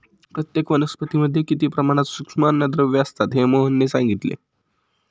प्रत्येक वनस्पतीमध्ये किती प्रमाणात सूक्ष्म अन्नद्रव्ये असतात हे मोहनने सांगितले